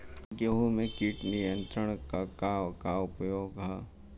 गेहूँ में कीट नियंत्रण क का का उपाय ह?